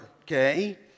Okay